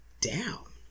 down